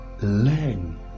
learn